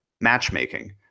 matchmaking